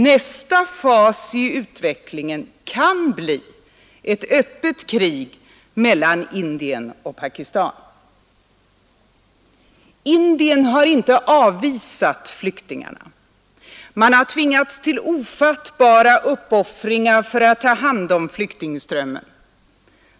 Nästa fas i utvecklingen kan bli ett öppet krig mellan Indien och Pakistan. Indien har inte avvisat flyktingarna. Man har tvingats till ofattbara uppoffringar för att ta hand om flyktingströmmen.